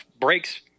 brakes